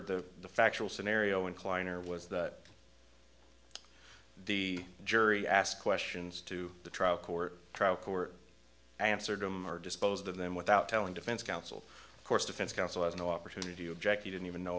however the factual scenario and kleiner was that the jury asked questions to the trial court trial court answered them or disposed of them without telling defense counsel course defense counsel has an opportunity to object he didn't even know